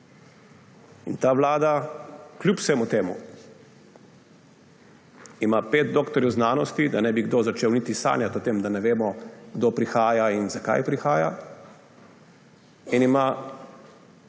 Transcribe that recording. In ta vlada, kljub vsemu temu, ima 5 doktorjev znanosti, da ne bi kdo začel niti sanjati o tem, da ne vemo, kdo prihaja in zakaj prihaja. In ima,